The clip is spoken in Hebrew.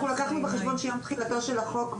אנחנו לקחנו בחשבון שיום תחילתו של החוק,